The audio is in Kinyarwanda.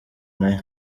nayo